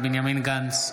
אינה נוכחת בנימין גנץ,